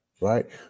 Right